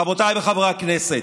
חברותיי וחבריי חברי הכנסת,